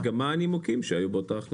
וגם מה הנימוקים שהיו באותה החלטה.